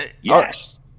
Yes